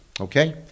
Okay